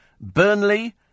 Burnley